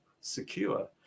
secure